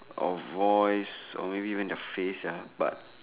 of voice or maybe when their face ya but